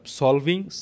solving